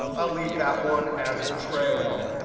i'll leave that one as a trail.